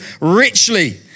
richly